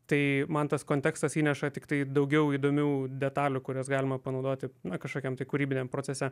tai man tas kontekstas įneša tiktai daugiau įdomių detalių kurias galima panaudoti kažkokiam tai kūrybiniam procese